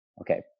okay